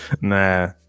Nah